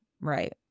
Right